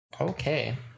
Okay